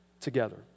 together